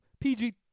pg